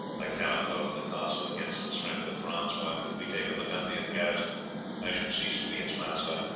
i cannot hold the castle against the strength of france, while if we take a burgundian garrison i should cease to be its master,